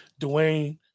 Dwayne